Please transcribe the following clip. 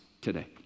today